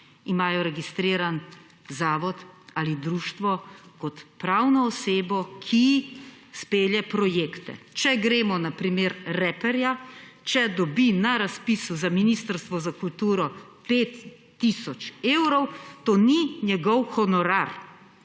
imajo registriran zavod ali društvo kot pravno osebo, ki izpelje projekte. Če gremo na primer reperja. Če dobi na razpisu Ministrstva za kulturo 5 tisoč evrov, to ni njegov honorar.